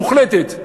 מוחלטת.